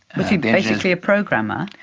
was he basically a programmer?